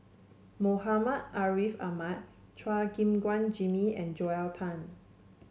Muhammad Ariff Ahmad Chua Gim Guan Jimmy and Joel Tan